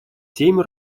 семь